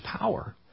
power